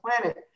planet